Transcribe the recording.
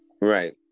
Right